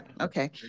Okay